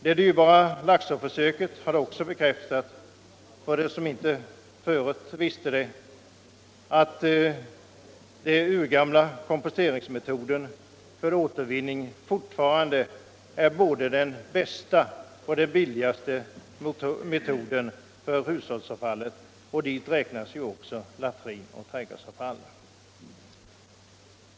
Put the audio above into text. Det dyrbara Laxåförsöket har också bekräftat, för dem som inte visste det förut, att den urgamla komposteringsmetoden för återvinning fortfarande är både den bästa och den billigaste metoden för hushålls avfallen, och dit räknas även latrin och trädgårdsavfall.